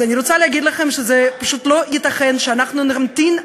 אז אני רוצה להגיד לכם שפשוט לא ייתכן שאנחנו היום,